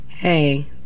Hey